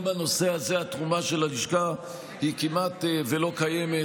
גם בנושא הזה התרומה של הלשכה היא כמעט לא קיימת.